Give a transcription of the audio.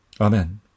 Amen